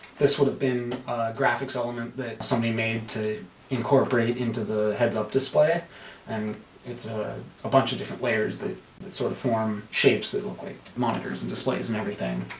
this would have been a graphics element that somebody made to incorporate into the heads-up display and it's ah a bunch of different layers that sort of form shapes that look like monitors and displays and everything